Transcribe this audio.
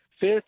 fifth